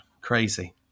crazy